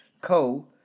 Co